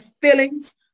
feelings